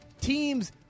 team's